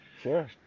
Sure